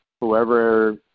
whoever